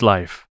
Life